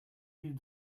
mille